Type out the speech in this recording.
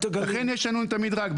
לכן יש לנו את המדרג,